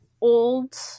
Old